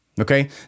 Okay